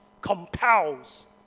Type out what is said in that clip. compels